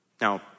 Now